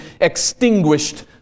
extinguished